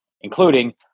including